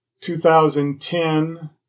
2010